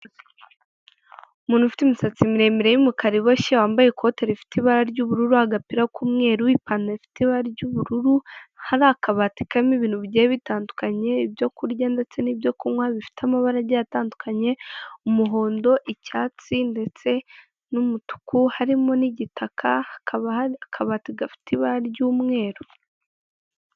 Umuntu ufite imisatsi miremire y'umukara iboshye wambaye ikote rifite ibara ry'ubururu, agapira k'umweru, ipantalo ifite ibara ry'ubururu, hari akabati karimo ibintu bigenda bitandukanye ibyo kurya ndetse n'ibyo kunywa, bifite amabarage atandukanye umuhondo, icyatsi ndetse n'umutuku harimo n'igitaka, hakaba akabati gafite ibara ry'umweru.